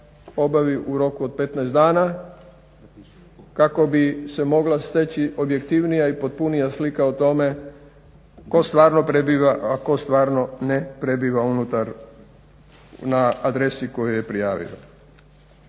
obavi u roku od 15 dana kako bi se mogla steći objektivnija i potpunija slika o tome tko stvarno prebiva, a tko stvarno ne prebiva na adresi koju je prijavio.